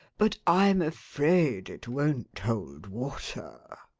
but i'm afraid it won't hold water.